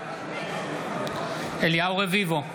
בעד אליהו רביבו,